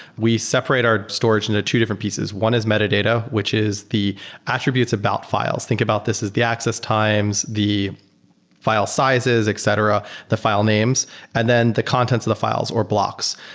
we separate our storage in ah two different pieces. one is metadata, which is the attributes about files. think about this as the access times, the file sizes, etc, the file names and then the contents of the files or blocks.